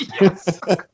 yes